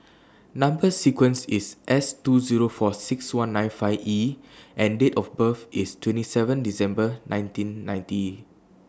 Number sequence IS S two Zero four six one nine five E and Date of birth IS twenty seven December nineteen ninety